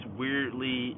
weirdly